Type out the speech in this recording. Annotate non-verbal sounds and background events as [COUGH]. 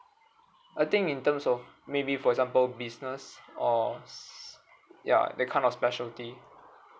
I think in terms of maybe for example business or [NOISE] ya that kind of specialty